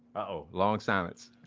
oh, long silence